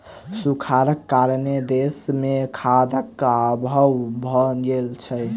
सूखाड़क कारणेँ देस मे खाद्यक अभाव भ गेल छल